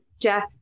jeff